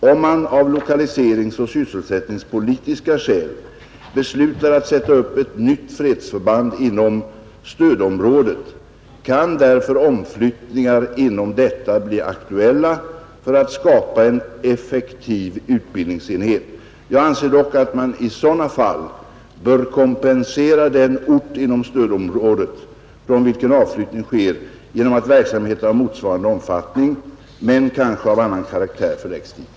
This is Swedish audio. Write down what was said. Om man av lokaliseringsoch sysselsättningspolitiska skäl beslutar att sätta upp ett nytt fredsförband inom stödområdet kan därför omflyttningar inom detta bli aktuella för att skapa en effektiv utbildningsenhet. Jag anser dock att man i sådana fall bör kompensera den ort inom stödområdet från vilken avflyttning sker genom att verksamhet av motsvarande omfattning, men kanske av annan karaktär, förläggs dit.